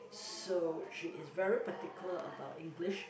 so she is very particular about English